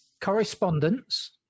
correspondence